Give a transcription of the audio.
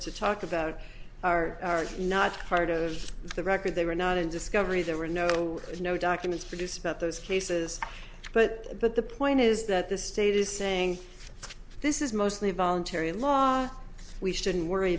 to talk about are not part of the record they were not in discovery there were no no documents produced about those cases but but the point is that the state is saying this is mostly a voluntary law we shouldn't worry